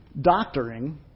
doctoring